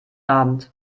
abend